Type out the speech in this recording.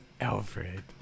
Alfred